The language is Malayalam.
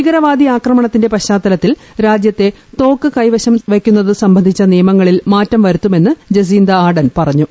ഭീകരവാദി ആക്രമണത്തിന്റെ പശ്ചാത്തലത്തിൽ രാജ്യത്തെ തോക്ക് കൈവശം വയ്ക്കുന്നത് സംബന്ധിച്ച നിയമങ്ങളിൽ മാറ്റം വരുത്തുമെന്ന് ജസീന്ത ആർഡെൻ പറഞ്ഞു